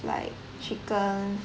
like chicken